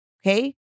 Okay